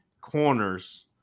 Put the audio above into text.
corners